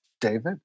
David